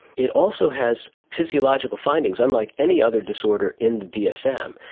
it also has physiological findings. unlike any other disorder in the dsm,